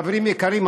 חברים יקרים,